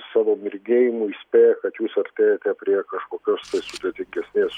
savo mirgėjimu įspėja kad jūs artėjate prie kažkokios tai sudėtingesnės